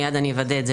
מייד אני אוודא את זה.